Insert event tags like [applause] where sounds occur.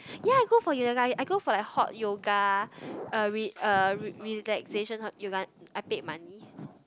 [breath] ya I go for yoga I go for like hot yoga uh re~ uh re~ relaxation hot yoga I paid money